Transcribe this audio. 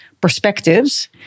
perspectives